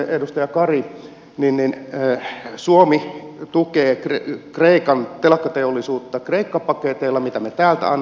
edustaja kari suomi tukee kreikan telakkateollisuutta kreikka paketeilla mitä me täältä annamme